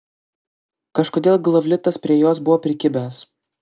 kažkodėl glavlitas prie jos buvo prikibęs